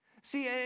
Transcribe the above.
See